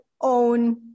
own